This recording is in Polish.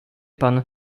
pan